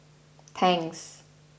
Tangs